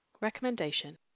Recommendation